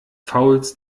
fouls